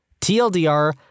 TLDR